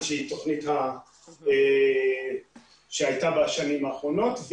התוכנית שהייתה בשנים האחרונות,